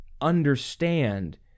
understand